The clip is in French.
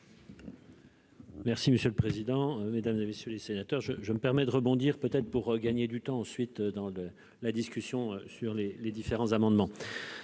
Merci monsieur le président, Mesdames et messieurs les sénateurs, je je me permet de rebondir, peut-être pour gagner du temps, ensuite dans la discussion sur les les différents amendements